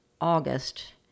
August